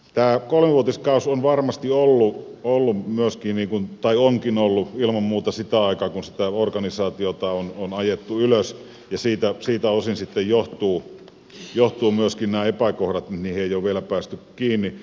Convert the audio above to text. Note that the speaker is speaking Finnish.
tämä kolmevuotiskausi onkin varmasti ollut myös kiinni kun taju onkin ollut ilman muuta sitä aikaa kun sitä organisaatiota on ajettu ylös ja siitä osin sitten johtuvat myöskin nämä epäkohdat niihin ei ole vielä päästy kiinni